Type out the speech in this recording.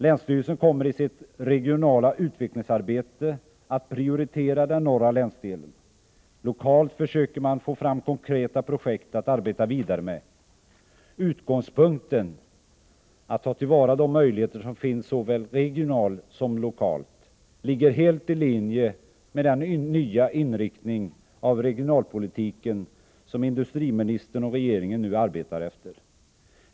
Länsstyrelsen kommer i sitt regionala utvecklingsarbete att prioritera den norra länsdelen. Lokalt försöker man få fram konkreta projekt att arbeta vidare med. Utgångspunkten — att ta till vara de möjligheter som finns såväl regionalt som lokalt — ligger helt i linje med den nya inriktning av regionalpolitiken som industriministern och regeringen nu arbetar efter.